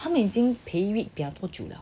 他们已经 by week liao 这么久 liao